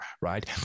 right